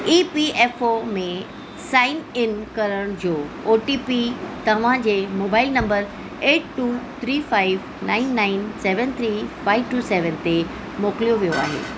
ई P F O में sign in करण जो ओ टी पी तव्हांजे mobile number eight two three five nine nine seven three five two seven ते मोकिलियो वियो आहे